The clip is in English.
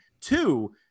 two